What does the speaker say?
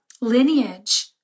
lineage